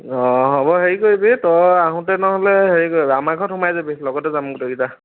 অঁ হ'ব হেৰি কৰিবি তই আহোঁতে নহ'লে হেৰি কৰিবি আমাৰ ঘৰত সোমাই যাবি লগতে যাম গোটেইকেইটা